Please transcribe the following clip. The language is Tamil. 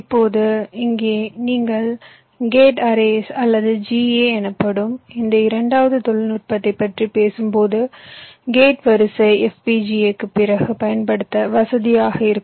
இப்போது இங்கே நீங்கள் கேட் அரேஸ் அல்லது GA எனப்படும் இந்த இரண்டாவது தொழில்நுட்பத்தைப் பற்றி பேசும்போது கேட் வரிசை FPGA க்குப் பிறகு பயன்படுத்த வசதியாக இருக்கும்